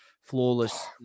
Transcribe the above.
flawless